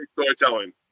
storytelling